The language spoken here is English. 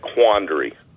quandary